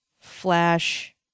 Flash